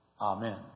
Amen